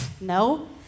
no